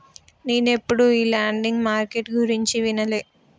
నేనెప్పుడు ఈ lending market గురించి వినలే